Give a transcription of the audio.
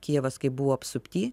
kijevas kai buvo apsupty